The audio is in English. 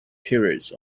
periods